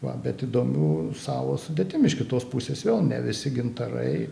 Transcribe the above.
va bet įdomių savo sudėtim iš kitos pusės vėl ne visi gintarai